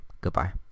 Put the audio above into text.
goodbye